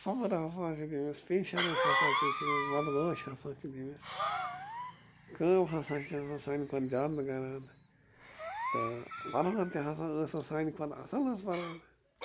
صبر ہسا چھُ تٔمِس پیٚشَنٕس ہسا چھُ تٔمِس برداش ہسا چھُ تٔمِس کٲم ہسا چھِ سۅ سانہِ کھۄتہٕ زیادٕ کَران تہٕ پران تہِ ہسا ٲسۍ سۅ سانہِ کھۄتہٕ اصٕل ٲسۍ پَران